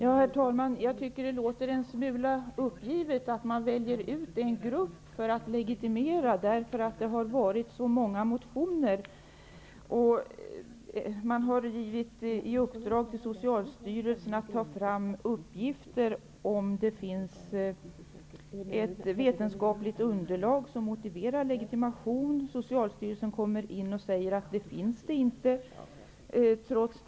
Herr talman! Det tyder en smula på uppgivenhet när man väljer ut en grupp för legitimation bara därför att det har förekommit så många motioner. Man har gett Socialstyrelsen uppdraget att ta fram uppgifter om huruvida det finns ett vetenskapligt underlag som motiverar legitimation. Socialstyrelsen säger att något sådant inte finns.